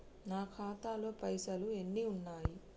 నా ఖాతాలో పైసలు ఎన్ని ఉన్నాయి?